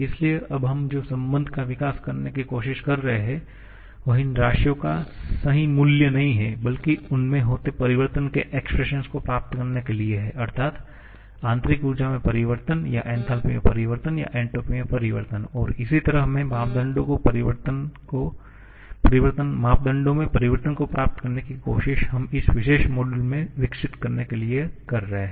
इसलिए अब हम जो संबंध का विकास करने की कोशिश कर रहे हैं वह इन राशियों का सही मूल्य नहीं है बल्कि उनके होते परिवर्तन के एक्सप्रेसन को प्राप्त करने के लिए है अर्थात आंतरिक ऊर्जा में परिवर्तन या एन्थालपी में परिवर्तन या एन्ट्रापी में परिवर्तन और इसी तरह के मापदंडों में परिवर्तन को प्राप्त करने की कोशिश हम इस विशेष मॉड्यूल में विकसित करने के लिए कर रहे है